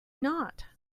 not